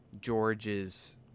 George's